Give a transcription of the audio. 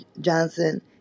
Johnson